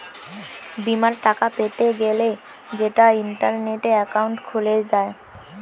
বিমার টাকা পেতে গ্যলে সেটা ইন্টারনেটে একাউন্ট খুলে যায়